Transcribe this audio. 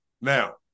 now